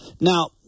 Now